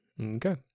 Okay